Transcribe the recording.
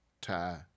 tie